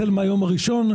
החל מהיום הראשון,